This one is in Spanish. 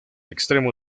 extremo